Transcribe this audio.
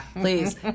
please